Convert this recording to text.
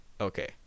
Okay